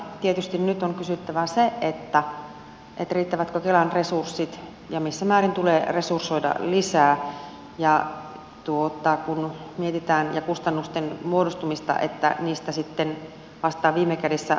tietysti nyt on kysyttävä sitä riittävätkö kelan resurssit ja missä määrin tulee resursoida lisää ja kun mietitään kustannusten muodostumista että niistä sitten vastaa viime kädessä valtio